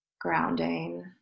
grounding